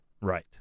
Right